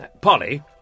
Polly